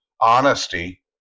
honesty